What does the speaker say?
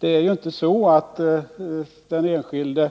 Det är ju inte så att den enskilde